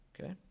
Okay